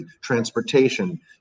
transportation